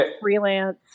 freelance